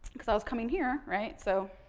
because i was coming here, right, so,